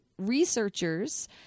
Researchers